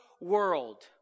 world